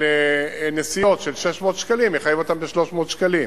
על נסיעות של 600 שקלים יחייב אותם ב-300 שקלים,